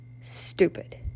Stupid